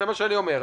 זה מה שאני אומר.